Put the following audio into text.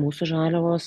mūsų žaliavos